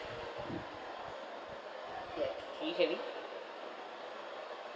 ya can you hear me